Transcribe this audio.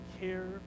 care